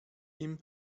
ihm